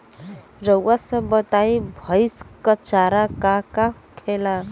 रउआ सभ बताई भईस क चारा का का होखेला?